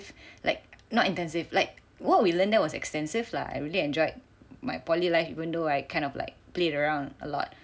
like not intensive like what we learned there was extensive lah I really enjoyed my poly life even though I kind of like played around a lot